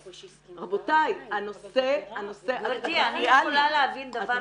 רבותיי, הנושא ------ את מפריעה לי.